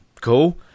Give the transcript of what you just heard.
Cool